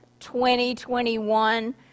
2021